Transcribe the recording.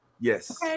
Yes